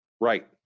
right